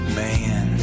man